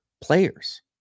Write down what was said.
players